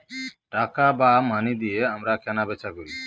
টাকা বা মানি দিয়ে আমরা কেনা বেচা করি